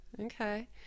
Okay